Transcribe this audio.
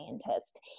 scientist